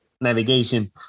navigation